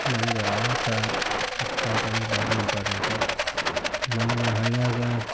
ನಂಗೆ ಆಟ ಮತ್ತು ಪಾಠ ಅಂದ್ರೆ ಭಾರಿ ಇಂಪಾರ್ಟೆಂಟ್ ನಮ್ಮ ಹಳ್ಳಿಯಾಗೆ